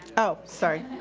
oh, sorry.